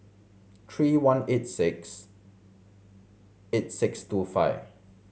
three one eight six eight six two five